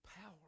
power